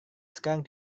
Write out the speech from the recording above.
sekarang